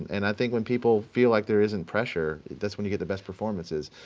and i think when people feel like there isn't pressure, that's when you get the best performances.